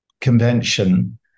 convention